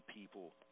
people